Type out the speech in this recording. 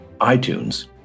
iTunes